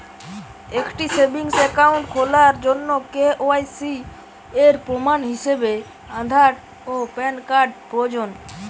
একটি savings account খোলার জন্য কে.ওয়াই.সি এর প্রমাণ হিসাবে আধার ও প্যান কার্ড প্রয়োজন